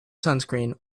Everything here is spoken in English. sunscreen